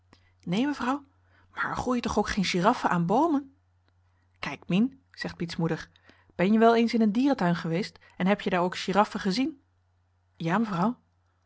neen mevrouw maar er groeien toch ook geen giraffen aan boomen henriette van noorden weet je nog wel van toen kijk mien zegt piet's moeder ben je wel eens in een dierentuin geweest en heb je daar ook giraffen gezien ja mevrouw